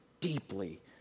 deeply